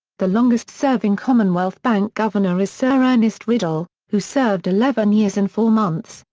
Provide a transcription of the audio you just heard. the longest-serving commonwealth bank governor is sir ernest riddle, who served eleven years and four months,